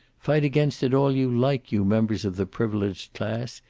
fight against it all you like, you members of the privileged class,